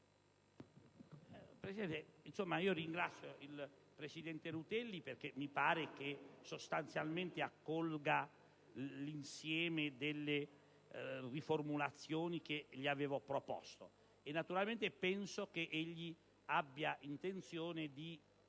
Presidente, ringrazio il presidente Rutelli, perché mi pare che sostanzialmente accolga l'insieme delle riformulazioni che gli avevo proposto. Penso che egli abbia intenzione di